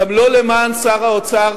גם לא למען שר האוצר